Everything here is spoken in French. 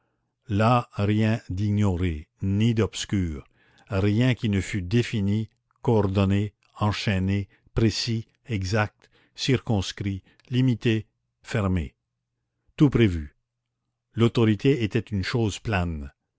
là rien d'ignoré ni d'obscur rien qui ne fût défini coordonné enchaîné précis exact circonscrit limité fermé tout prévu l'autorité était une chose plane